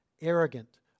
arrogant